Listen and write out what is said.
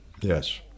Yes